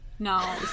No